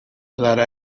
lara